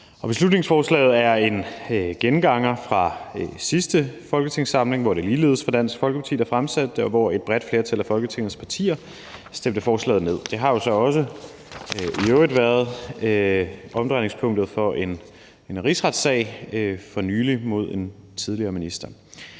Beslutningsforslaget er en genganger fra sidste folketingssamling, hvor det ligeledes var Dansk Folkeparti, der fremsatte det, og hvor et bredt flertal af Folketingets partier stemte forslaget ned. Der har jo så i øvrigt også været omdrejningspunktet for en rigsretssag for nylig mod en tidligere minister.